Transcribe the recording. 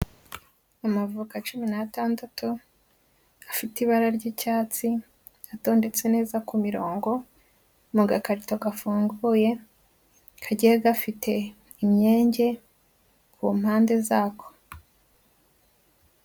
Amavoka cumi natandatu, afite ibara ry'icyatsi, atondetse neza kumirongo. Mu gakarito gafunguye kagiye gafite imyenge, kumpande zako